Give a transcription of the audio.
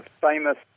famous